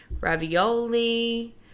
Ravioli